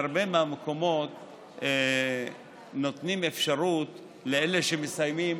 בהרבה מהמקומות נותנים אפשרות לאלה שמסיימים,